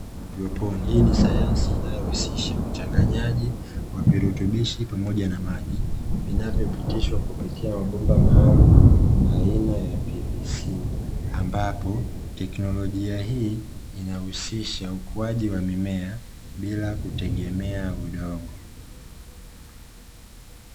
Haidroponi, hii ni sayansi inayohusiaha uchanganyaji wa virutubishi pamoja na maji vinavyopitishwa kupitia mabomba maalumu aina ya "pvc", ambapo teknolojia hii inahusisha ukuaji wa mimea bila kutegemea udongo.